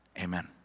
amen